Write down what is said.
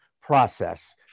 process